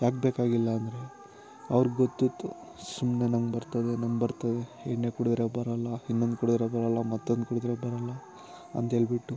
ಯಾಕೆ ಬೇಕಾಗಿಲ್ಲ ಅಂದರೆ ಅವ್ರಿಗೆ ಗೊತ್ತಿತ್ತು ಸುಮ್ಮನೆ ನಮ್ಗೆ ಬರ್ತದೆ ನಮ್ಗೆ ಬರ್ತದೆ ಎಣ್ಣೆ ಕುಡುದ್ರೆ ಬರೋಲ್ಲ ಇನ್ನೊಂದು ಕುಡಿದ್ರೆ ಬರೋಲ್ಲ ಮತ್ತೊಂದು ಕುಡಿದ್ರೆ ಬರೋಲ್ಲ ಅಂತೇಳ್ಬಿಟ್ಟು